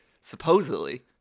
supposedly